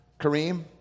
Kareem